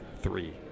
three